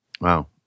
Wow